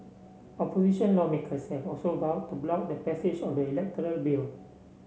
opposition lawmakers have also vowed to block the passage of the electoral bill